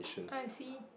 I see